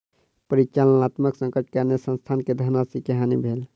परिचालनात्मक संकटक कारणेँ संस्थान के धनराशि के हानि भेल